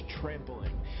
trampling